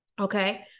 okay